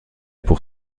pour